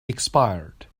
expired